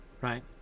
right